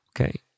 Okay